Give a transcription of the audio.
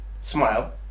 smile